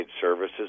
services